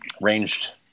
ranged